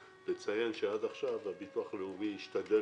אני רוצה לציין שעד עכשיו הביטוח הלאומי השתדל